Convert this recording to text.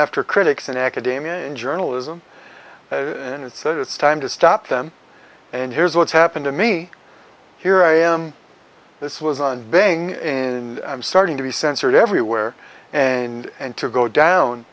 after critics and academia in journalism and it's that it's time to stop them and here's what's happened to me here i am this was on being in i'm starting to be censored everywhere and and to go down